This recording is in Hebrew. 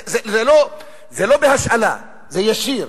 זה לא בהשאלה, זה ישיר,